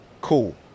Cool